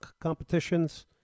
competitions